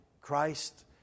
Christ